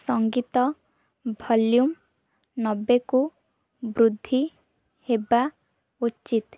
ସଙ୍ଗୀତ ଭଲ୍ୟୁମ୍ ନବେକୁ ବୃଦ୍ଧି ହେବା ଉଚିତ